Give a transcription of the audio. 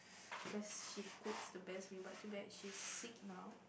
cause she cooks the best meal but too bad she's sick now